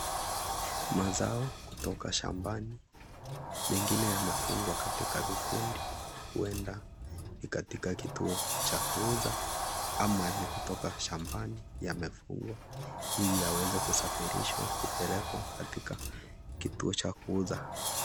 Mazao kutoka shambani mengine yamefungwa katika vikundi, huenda ni katika kituo cha kuuza ama ni kutoka shambani, yamefungwa ili yaweze kusafirishwa kupelekwa katika kituo cha kuuza.